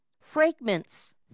Fragments